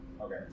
Okay